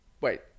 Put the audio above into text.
Wait